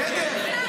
בסדר,